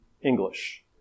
English